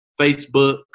Facebook